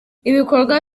ibikorwa